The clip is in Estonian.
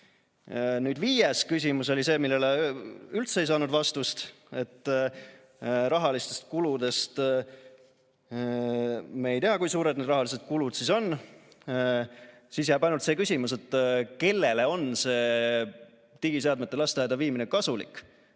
Viies küsimus oli see, millele üldse ei saanud vastust. Rahalised kulud. Me ei tea, kui suured need rahalised kulud on. Siis jääb ainult see küsimus, kellele on digiseadmete lasteaeda viimine kasulik.